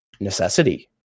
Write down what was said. necessity